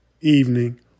evening